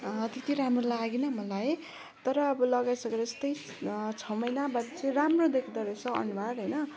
त्यत्ति राम्रो लागेन मलाई तर अब लगाइसकेर चाहिँ यस्तै छ महिना बाद चाहिँ राम्रो देख्दो रहेछ अनुहार होइन